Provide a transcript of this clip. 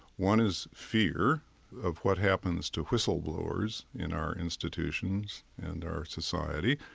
one is fear of what happens to whistleblowers in our institutions and our society,